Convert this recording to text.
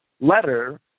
letter